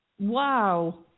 Wow